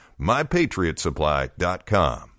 MyPatriotSupply.com